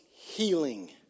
healing